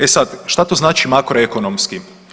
E sad, šta to znači makroekonomski?